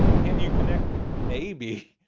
can you connect? maybe,